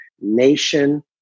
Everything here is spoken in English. nation